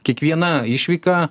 kiekviena išvyka